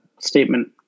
statement